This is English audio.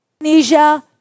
Indonesia